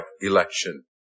election